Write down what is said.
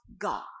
God